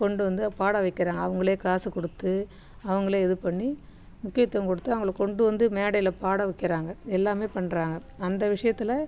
கொண்டு வந்து பாட வைக்கிறாங்க அவங்களே காசு கொடுத்து அவங்களே இது பண்ணி முக்கியத்துவம் கொடுத்து அவங்கள கொண்டு வந்து மேடையில் பாட வைக்கிறாங்க எல்லாமே பண்ணுறாங்க அந்த விஷயத்தில்